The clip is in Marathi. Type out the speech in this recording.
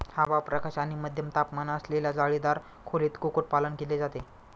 हवा, प्रकाश आणि मध्यम तापमान असलेल्या जाळीदार खोलीत कुक्कुटपालन केले जाते